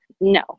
No